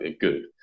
good